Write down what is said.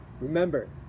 Remember